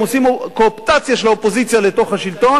הם עושים קואופטציה של האופוזיציה לתוך השלטון.